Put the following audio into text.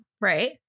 right